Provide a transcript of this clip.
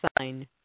sign